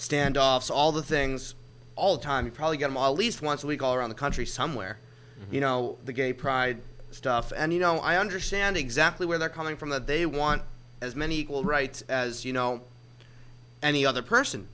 standoffs all the things all the time you probably get a model least once a week all around the country somewhere you know the gay pride stuff and you know i understand exactly where they're coming from that they want as many equal rights as you know and the other person